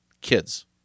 kids